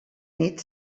nit